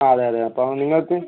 ആ അതെ അതെ അപ്പം നിങ്ങൾക്ക്